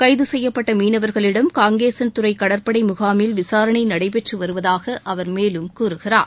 கைது செய்யப்பட்ட மீனவர்களிடம் காங்கேசன்துறை கடற்படை முகாமில் விசாரணை நடைபெற்று வருவதாக அவர் மேலும் கூறுகிறார்